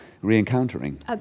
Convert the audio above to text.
re-encountering